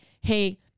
Hey